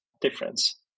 difference